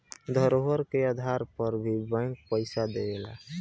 धरोहर के आधार पर भी बैंक पइसा देवेला